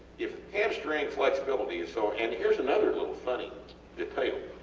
if hamstring flexibility is so and heres another little, funny detail,